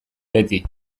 beti